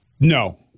No